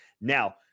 Now